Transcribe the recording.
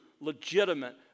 legitimate